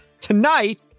Tonight